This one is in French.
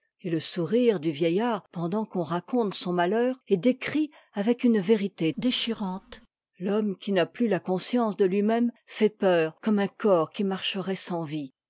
et le sourire du vieillard pendant qu'on raconte son malheur est décrit avec une vérité déchirante l'homme qui n'a plus la conscience de lui-même fait peur comme un corps qui marcherait sans vie